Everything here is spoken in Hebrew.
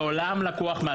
לעולם לקוח מהצבא.